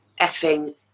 effing